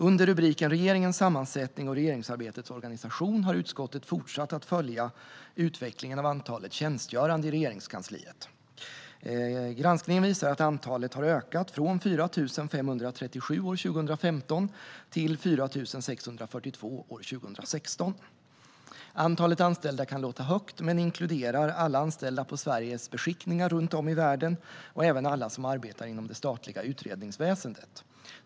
Under rubriken Regeringens sammansättning och regeringsarbetets organisation har utskottet fortsatt att följa utvecklingen av antalet tjänstgörande i Regeringskansliet. Granskningen visar att antalet har ökat från 4 537 år 2015 till 4 642 år 2016. Antalet anställda kan låta högt men inkluderar alla anställda på Sveriges beskickningar runt om i världen och även alla som arbetar inom det statliga utredningsväsendet.